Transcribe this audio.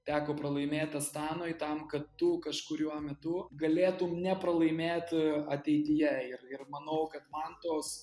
teko pralaimėt astanoj tam kad tu kažkuriuo metu galėtum nepralaimėt ateityje ir ir manau kad man tos